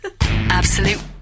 Absolute